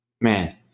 Man